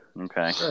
Okay